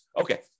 Okay